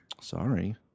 Sorry